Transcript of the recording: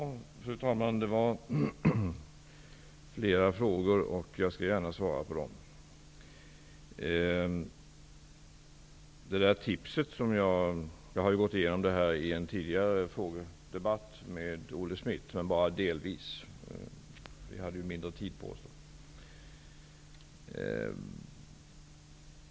Fru talman! Det var flera frågor, och jag skall gärna svara på dem. Jag har gått igenom dessa frågor i en tidigare frågedebatt med Olle Schmidt, men bara delvis. Vi hade ju mindre tid på oss.